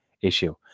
issue